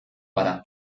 gara